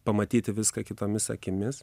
pamatyti viską kitomis akimis